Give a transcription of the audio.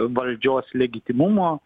valdžios legitimumo